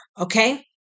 okay